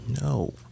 No